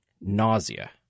nausea